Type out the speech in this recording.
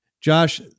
Josh